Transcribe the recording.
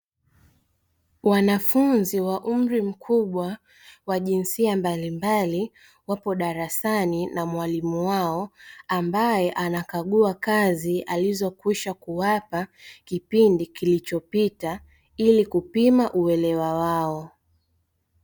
Wanafunzi wa umri mkubwa wa jinsia mbalimbali wako darasani na mwalimu wao, ambaye anakagua kazi alizokwisha kuwapa kipindi kilichopita, ili kupima uelewa wao.